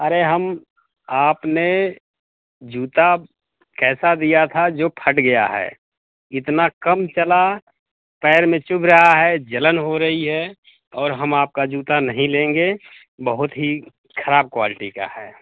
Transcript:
अरे हम आपने जूता कैसा दिया था जो फट गया है इतना कम चला पैर में चुभ रहा हे जलन हो रही है और हम आपका जूता नही लेंगे बहुत ही खराब क्वालिटी का हे